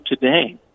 today